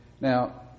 Now